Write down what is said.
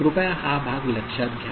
कृपया हा भाग लक्षात घ्या